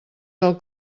del